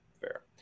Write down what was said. fair